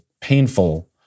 painful